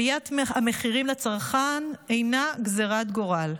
עליית המחירים לצרכן אינה גזרת גורל.